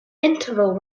interval